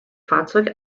fahrzeug